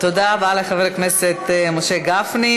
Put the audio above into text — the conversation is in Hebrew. תודה רבה לחבר הכנסת משה גפני,